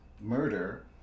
murder